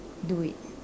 do it